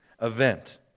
event